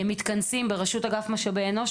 בראשות אגף משאבי אנוש,